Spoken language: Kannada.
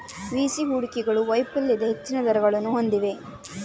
ವಿ.ಸಿ ಹೂಡಿಕೆಗಳು ವೈಫಲ್ಯದ ಹೆಚ್ಚಿನ ದರಗಳನ್ನು ಹೊಂದಿವೆ